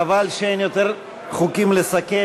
חבל שאין יותר חוקים לסכם,